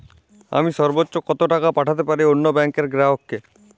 আমি সর্বোচ্চ কতো টাকা পাঠাতে পারি অন্য ব্যাংকের গ্রাহক কে?